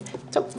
טוב,